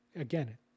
again